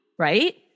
Right